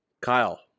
Kyle